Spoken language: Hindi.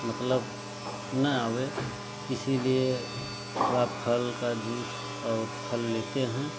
मतलब ना आवे इसीलिए थोड़ा फल का जूस और फल लेते हैं